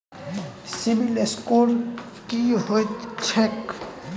CIBIL score की होइत छैक?